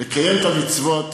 לקיים את המצוות,